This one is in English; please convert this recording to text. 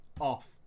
off